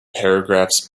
paragraphs